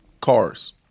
cars